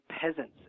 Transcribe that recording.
peasants